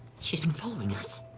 she's been following us.